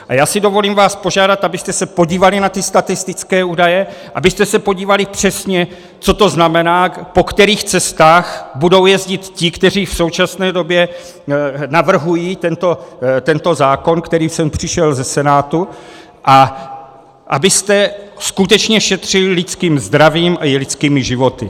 A dovolím si vás požádat, abyste se podívali na ty statistické údaje, abyste se podívali přesně, co to znamená, po kterých cestách budou jezdit ti, kteří v současné době navrhují tento zákon, který sem přišel ze Senátu, a abyste skutečně šetřili lidským zdravím a lidskými životy.